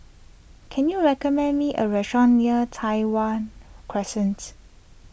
can you recommend me a restaurant near Tai Hwan Crescents